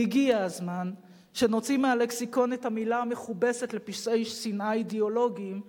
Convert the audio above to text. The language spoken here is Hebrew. והגיע הזמן שנוציא מהלקסיקון את המלה המכובסת לפשעי שנאה אידיאולוגיים,